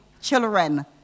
children